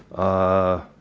i